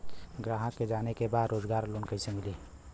ग्राहक के जाने के बा रोजगार लोन कईसे मिली?